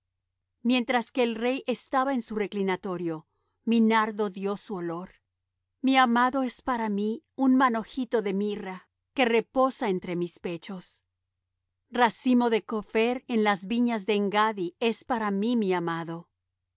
mientras que el rey estaba en su reclinatorio mi nardo dió su olor mi amado es para mí un manojito de mirra que reposa entre mis pechos racimo de copher en las viñas de engadi es para mí mi amado